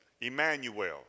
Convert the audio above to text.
Emmanuel